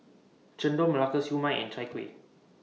Chendol Melaka Siew Mai and Chai Kuih